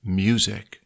music